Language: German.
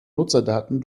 nutzerdaten